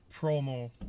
promo